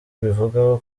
mbivugaho